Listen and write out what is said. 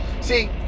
See